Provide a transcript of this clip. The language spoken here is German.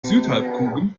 südhalbkugel